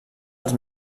els